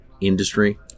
industry